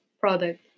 product